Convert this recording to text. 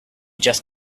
just